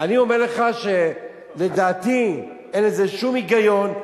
אני אומר לך שלדעתי אין בזה שום היגיון.